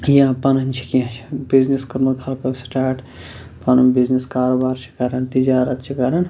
یا پَنٕنۍ چھِ کینٛہہ چھِ بِزنِس کوٚرمُت خَلقَو سِٹاٹ پَنُن بِزنٮِس کاروبار چھِ کَرَان تِجارَت چھِ کَرَان